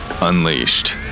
Unleashed